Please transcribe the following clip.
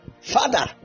father